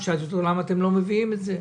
שאלתי אותו למה הם לא מביאים את זה.